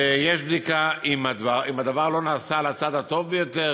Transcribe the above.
ויש בדיקה אם הדבר לא נעשה על הצד הטוב ביותר,